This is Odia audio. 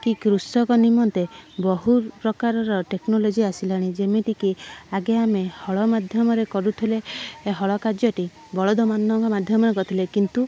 କି କୃଷକ ନିମନ୍ତେ ବହୁତ ପ୍ରକାରର ଟେକନୋଲଜି ଆସିଲାଣି ଯେମିତିକି ଆଗେ ଆମେ ହଳ ମାଧ୍ୟମରେ କରୁଥିଲେ ଏ ହଳ କାର୍ଯ୍ୟଟି ବଳଦମାନଙ୍କ ମାଧ୍ୟମରେ କରୁଥିଲେ କିନ୍ତୁ